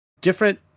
different